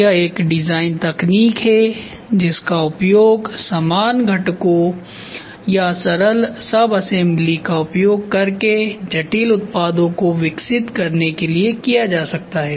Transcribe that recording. यह एक डिजाइन तकनीक है जिसका उपयोग समान घटकों या सरल सबअसेम्बली का उपयोग करके जटिल उत्पादों को विकसित करने के लिए किया जा सकता है